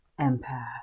Empath